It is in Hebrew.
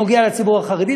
שנוגע בציבור החרדי,